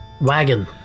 Wagon